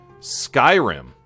Skyrim